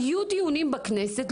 היו דיונים בכנסת,